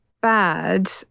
bad